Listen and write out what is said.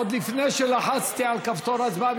עוד לפני שלחצתי על כפתור ההצבעה,